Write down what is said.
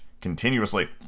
continuously